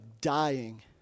dying